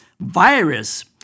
virus